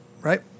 right